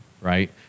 right